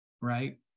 right